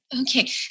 Okay